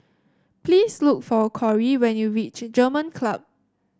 please look for Corry when you reach German Club